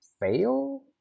fail